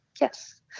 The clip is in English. Yes